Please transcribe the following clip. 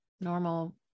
normal